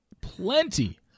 plenty